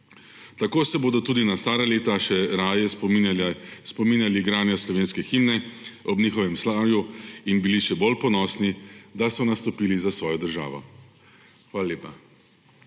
Tako se bodo tudi na stara leta še raje spominjali igranja slovenske himne ob njihovem slavju in bili še bolj ponosni, da so nastopili za svojo državo. Hvala lepa.